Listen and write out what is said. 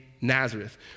Nazareth